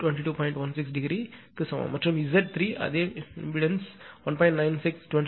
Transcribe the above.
16 ° க்கு சமம் மற்றும் Z3 அதே மின்மறுப்புக்கு 1